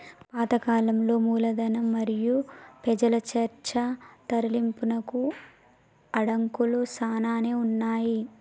పాత కాలంలో మూలధనం మరియు పెజల చర్చ తరలింపునకు అడంకులు సానానే ఉన్నాయి